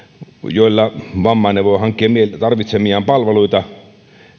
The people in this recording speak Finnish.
joilla vammainen voi hankkia tarvitsemiaan palveluita